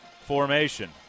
formation